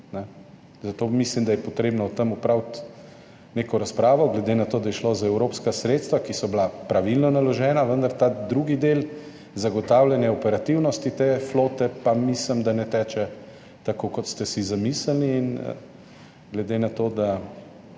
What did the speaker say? Zato mislim, da je treba o tem opraviti neko razpravo, glede na to, da je šlo za evropska sredstva, ki so bila pravilno naložena, vendar mislim, da ta drugi del zagotavljanja operativnosti te flote ne teče tako, kot ste si zamislili. Glede na to, da